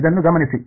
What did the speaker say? ಇದನ್ನು ಗಮನಿಸಿ